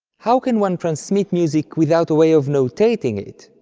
how can one transmit music without a way of notating it?